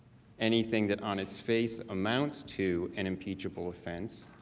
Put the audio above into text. anything that on its face amounts to and impeachable offense.